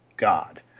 God